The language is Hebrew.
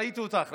ראיתי אותך.